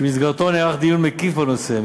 שבמסגרתו נערך דיון מקיף בנושא.